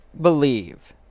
believe